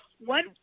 one